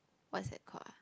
what's that called ah